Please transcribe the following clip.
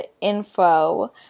info